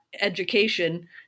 education